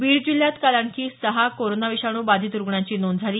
बीड जिल्ह्यात काल आणखी सहा कोरोना विषाणू बाधित रुग्णांची नोंद झाली